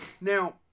Now